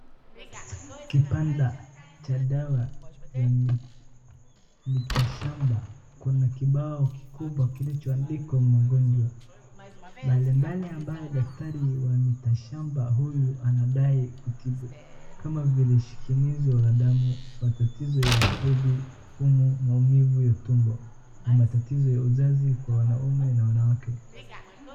Kibanda cha dawa za mitishamba. Kuna kibao kikubwa kilichoandikwa magonjwa mbalimbali ambayo daktari wa mitishamba huyu anadai kutibu, kama vile: shinikizo la damu, matatizo ya hedhi, pumu, maumivu ya tumbo na matatizo ya uzazi kwa wanaume na wanawake.